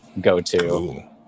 go-to